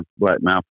Blackmouth